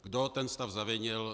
Kdo ten stav zavinil?